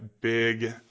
big